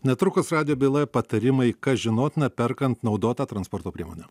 netrukus radijo byloje patarimai kas žinotina perkant naudotą transporto priemonę